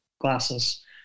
glasses